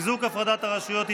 חיזוק הפרדת הרשויות),